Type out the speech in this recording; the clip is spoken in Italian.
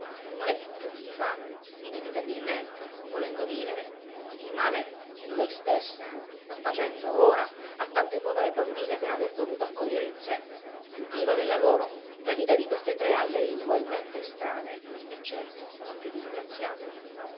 il male che tutti fanno inevitabilmente volendo vivere il male che lei stessa sta facendo ora a tante povere bambine per aver voluto accogliere in sé più viva della loro la vita di queste tre a lei ugualmente estranee e certo non più disgraziate